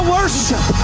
worship